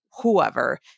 whoever